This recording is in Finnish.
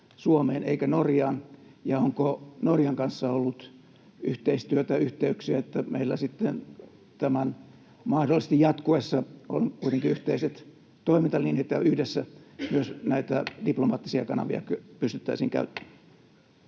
Suomeen eikä Norjaan. Onko Norjan kanssa ollut yhteistyötä, yhteyksiä, että meillä sitten tämän mahdollisesti jatkuessa on kuitenkin yhteiset toimintalinjat ja yhdessä myös näitä diplomaattisia kanavia pystyttäisiin käyttämään?